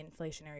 inflationary